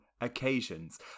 occasions